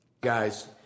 Guys